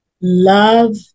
love